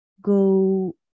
go